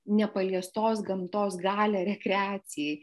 nepaliestos gamtos galią rekreacijai